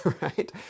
right